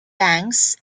banks